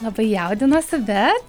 labai jaudinuosi bet